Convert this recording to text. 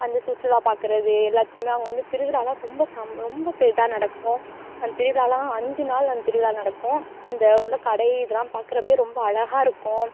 வந்து சுற்றுலா பார்க்கறது எல்லாத்தையும் அவங்க வந்து திருவிலாலாம் ரொம்ப சம் ரொம்ப இப்போ இதாக நடக்கும் அந்த திருவிழாலாம் அஞ்சு நாள் அந்த திருவிழா நடக்கும் அந்த உள்ள கடை இதெல்லாம் பார்க்குறப்பயே ரொம்ப அழகாக இருக்கும்